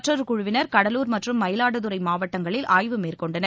மற்றொரு குழுவினர் கடலூர் மற்றும் மயிலாடுதுறை மாவட்டங்களில் ஆய்வு மேற்கொண்டனர்